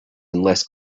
unless